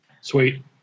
sweet